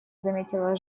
заметила